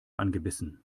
angebissen